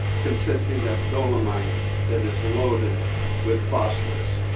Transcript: consisting of dolomite that is loaded with phosphorus.